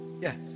yes